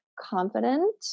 confident